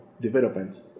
development